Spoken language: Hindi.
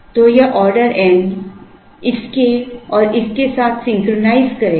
तो यह ऑर्डर n इसके और इस के साथ सिंक्रनाइज़ करेगा